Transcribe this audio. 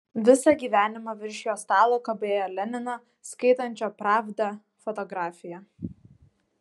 visą gyvenimą virš jo stalo kabėjo lenino skaitančio pravdą fotografija